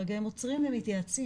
הם עוצרים ומתייעצים,